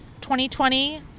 2020